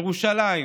ירושלים,